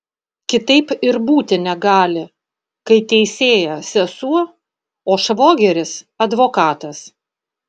kitaip ir būti negali kai teisėja sesuo o švogeris advokatas